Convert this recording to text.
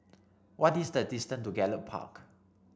what is the distance to Gallop Park